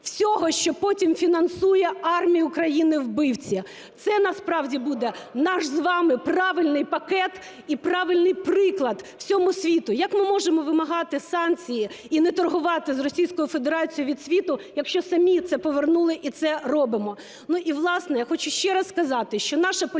всього, що потім фінансує армію країни-вбивці. Це насправді буде наш з вами правильний пакет і правильний всьому світу. Як ми можемо вимагати санкції і не торгувати з Російською Федерацією від світу, якщо самі це повернули і це робимо.